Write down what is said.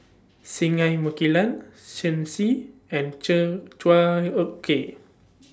Singai Mukilan Shen Xi and Chua Ek Kay